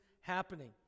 happening